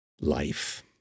life